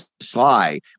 Sly